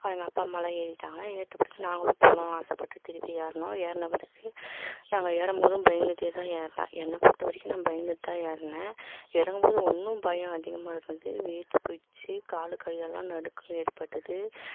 எங்கள் அப்பா அம்மாலாம் ஏறிவிட்டாங்க ஏறிட்ட பிறகு நாங்களும் போகணுன்னு ஆசைப்பட்டு திருப்பியும் ஏறினோம் ஏறின பிறகு நாங்கள் ஏறும்போதும் பயந்துக்கிட்டேதான் ஏறினேன் என்னை பொருத்தவரைக்கும் நான் பயந்துட்டேதான் ஏறினேன் இறங்கும்போது இன்னும் பயம் அதிகமாக இருந்தது வேர்த்து போயிடுச்சி கால் கையெல்லாம் நடுக்கம் ஏற்பட்டது